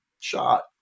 shot